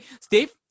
Steve